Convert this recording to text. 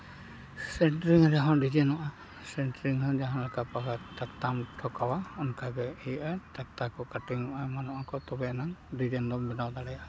centering ᱨᱮᱦᱚᱸ ᱰᱤᱟᱭᱤᱱᱚᱜᱼᱟ centring ᱦᱚᱸ ᱡᱟᱦᱟᱸ ᱞᱮᱠᱟ ᱴᱷᱚᱠᱟᱣᱟ ᱚᱱᱠᱟ ᱜᱮ ᱤᱭᱟᱹᱜᱼᱟ ᱯᱷᱤᱴᱤᱝ ᱚᱜᱼᱟ ᱛᱚᱵᱮ ᱟᱱᱟᱝ ᱰᱤᱡᱟᱭᱤᱱ ᱫᱚᱢ ᱵᱮᱱᱟᱣ ᱫᱟᱲᱮᱭᱟᱜᱼᱟ